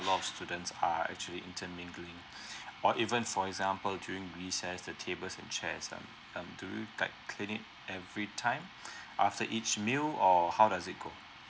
a lot of students are actually inter mingling or even for example during recess the tables and chairs um um do you like clean it every time after each meal or how does it go